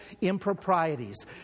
improprieties